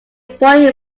boiled